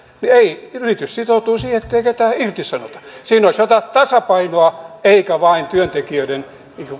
niin yritys sitoutuu siihen ettei ketään irtisanota siinä olisi jotakin tasapainoa eikä vain työntekijöiden